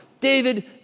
David